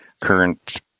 current